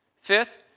Fifth